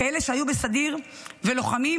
כאלה שהיו בסדיר ולוחמים,